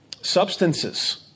substances